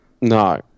No